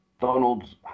Donald's